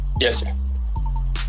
Yes